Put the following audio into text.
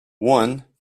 one